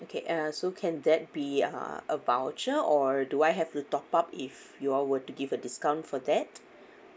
okay uh so can that be uh a voucher or do I have to top up if you all were to give a discount for that